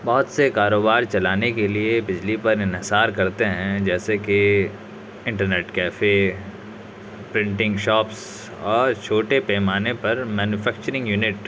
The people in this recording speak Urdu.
بہت سے کاروبار چلانے کے لیے بجلی پر انحصار کرتے ہیں جیسے کہ انٹرنیٹ کیفے پرنٹگ شاپس اور چھوٹے پیمانے پر مینوفیکچرنگ یونٹ